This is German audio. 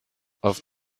auf